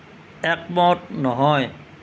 একমত নহয়